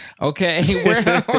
Okay